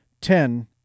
ten